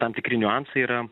tam tikri niuansai yra